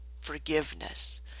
forgiveness